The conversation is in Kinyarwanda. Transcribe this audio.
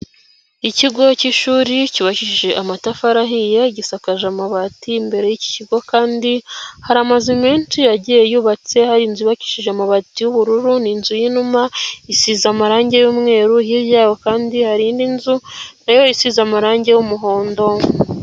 Ikigo cy'ishuri cyubakishije amatafari ahiye gisakaje amabati, imbere y'iki kigo kandi hari amazu menshi yagiye yubatse hari, inzu ibakishije amabati y'ubururu ni inzu y'inuma isize amarangi y'umweru hirya yaho kandi hari indi nzu nayo isize amarangi y'umuhondo.